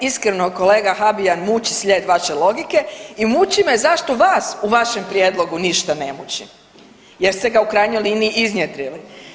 Mene je iskreno, kolega Habijan muči slijed vaše logike i muči me zašto vas u vašem prijedlogu ništa ne muči jer ste ga u krajnjoj liniji iznjedrili.